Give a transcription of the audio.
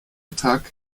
tag